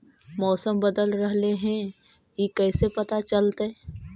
मौसम बदल रहले हे इ कैसे पता चलतै?